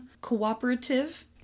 cooperative